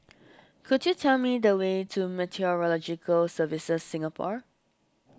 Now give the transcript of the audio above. could you tell me the way to Meteorological Services Singapore